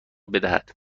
بدهد